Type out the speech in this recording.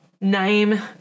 Name